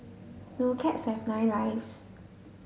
do cats have nine lives